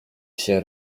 się